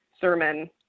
sermon